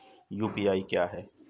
UPI क्या है?